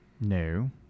No